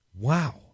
Wow